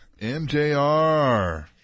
MJR